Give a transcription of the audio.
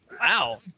Wow